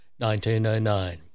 1909